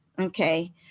okay